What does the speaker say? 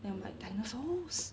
then I'm like dinosaurs